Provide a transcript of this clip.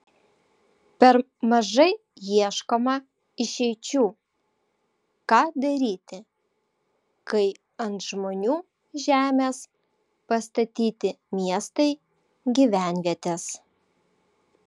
per mažai ieškoma išeičių ką daryti kai ant žmonių žemės pastatyti miestai gyvenvietės